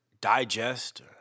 digest